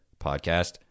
podcast